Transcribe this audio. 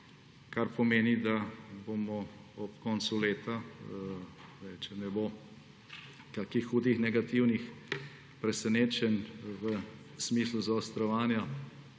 kar pomeni, da bomo ob koncu leta, če ne bo kakšnih hudih negativnih presenečenj v smislu zaostrovanja